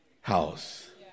house